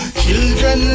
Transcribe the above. children